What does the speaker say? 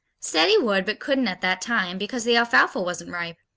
said he would but couldn't at that time because the alfalfa wasn't ripe.